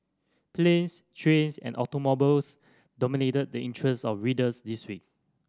planes trains and automobiles dominated the interests of readers this week